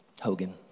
Hogan